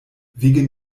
wegen